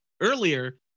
earlier